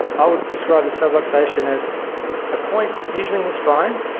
i would describe the subluxation as a point, usually in the spine,